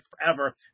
forever